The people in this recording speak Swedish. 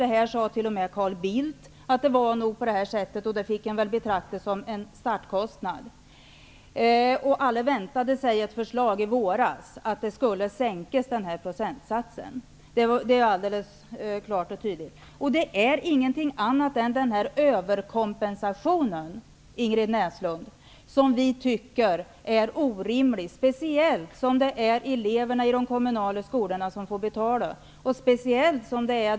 Att det nog är på det här sättet sade t.o.m. Carl Bildt. Man får betrakta det som en startkostnad. Alla väntade sig ett förslag i våras om att den här procentsatsen skulle sänkas. Det är helt klart och tydligt. Det är ingenting annat än den här överkompensationen, Ingrid Näslund, som vi tycker är orimlig, särskilt som det är eleverna i de kommunala skolorna som får betala.